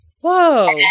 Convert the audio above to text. Whoa